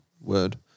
word